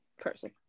person